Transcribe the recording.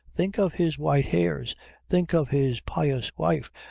think of his white hairs think of his pious wife,